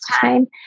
time